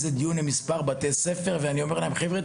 ניהלתי ויכוח עם מספר בתי ספר ואמרתי להם: ״חברה,